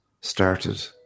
started